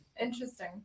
Interesting